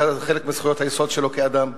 זה חלק מזכויות היסוד שלו כאדם.